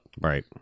right